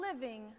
living